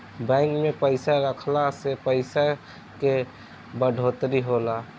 bank में पइसा रखला से पइसा के बढ़ोतरी होला